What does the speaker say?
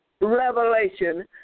revelation